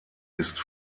ist